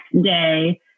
day